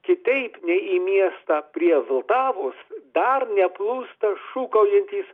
kitaip nei į miestą prie vltavos dar neplūsta šūkaujantys